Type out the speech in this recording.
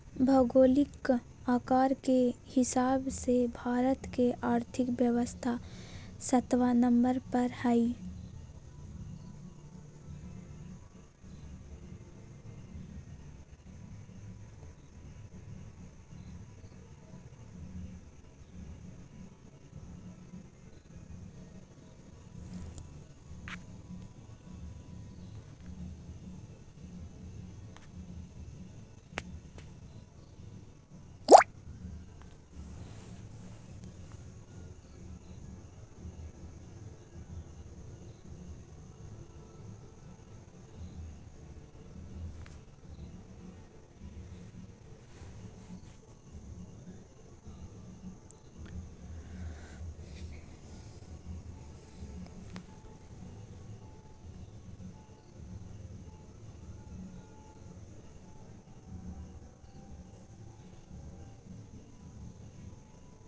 भौगोलिक आकार के हिसाब से भारत के और्थिक व्यवस्था सत्बा नंबर पर हइ